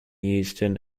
houston